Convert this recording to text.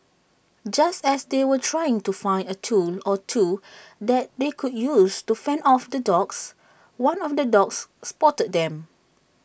just as they were trying to find A tool or two that they could use to fend off the dogs one of the dogs spotted them